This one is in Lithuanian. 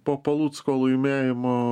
po palucko laimėjimo